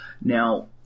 Now